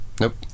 Nope